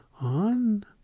on